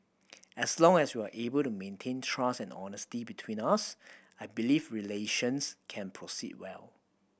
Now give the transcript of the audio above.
as long as we are able to maintain trust and honesty between us I believe relations can proceed well